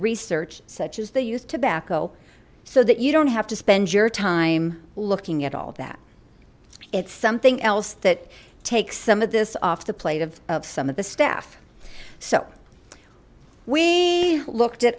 research such as the youth tobacco so that you don't have to spend your time looking at all that it's something else that takes some of this off the plate of some of the staff so we looked at